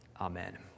amen